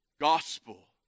Gospel